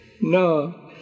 No